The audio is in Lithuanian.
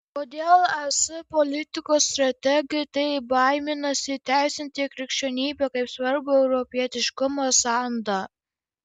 kodėl es politikos strategai taip baiminasi įteisinti krikščionybę kaip svarbų europietiškumo sandą